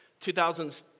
2000s